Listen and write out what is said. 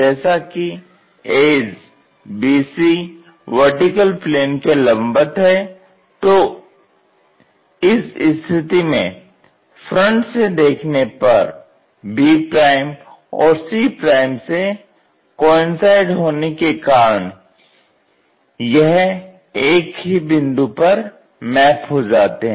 जैसा कि edge bc vertical plane के लंबवत है तो इस स्थिति में फ्रंट से देखने पर b और c से कोइंसिड होने के कारण यह एक ही बिंदु पर मैप हो जाते है